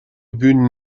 bühnen